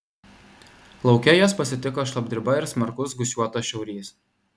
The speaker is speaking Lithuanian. lauke juos pasitiko šlapdriba ir smarkus gūsiuotas šiaurys